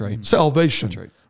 salvation